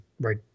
right